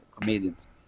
comedians